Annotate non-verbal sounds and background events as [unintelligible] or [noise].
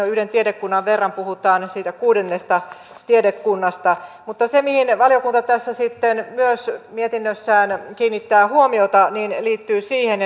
[unintelligible] yhden tiedekunnan verran puhutaan siitä kuudennesta tiedekunnasta mutta se mihin valiokunta myös mietinnössään kiinnittää huomiota liittyy siihen [unintelligible]